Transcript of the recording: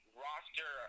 roster